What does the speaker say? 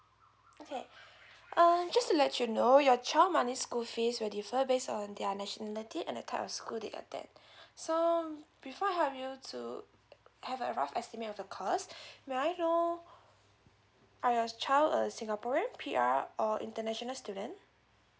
okay uh just to let you know your child's monthly school fees will differ based on their nationality and the type of school they attend so um before help you to have a rough estimate of the cost may I know are you child a singaporean P_R or international student